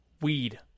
weed